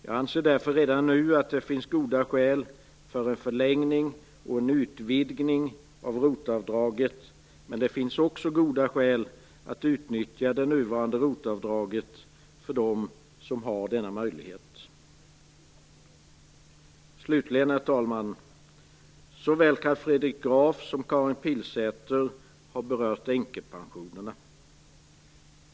Jag anser därför redan nu att det finns goda skäl för en förlängning och en utvidgning av ROT-avdraget, men det finns också goda skäl för dem som har denna möjlighet att utnyttja det nuvarande ROT-avdraget. Såväl Karin Pilsäter som Carl Fredrik Graf har berört änkepensionerna.